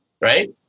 Right